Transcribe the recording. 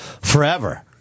forever